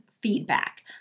feedback